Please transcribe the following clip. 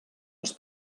els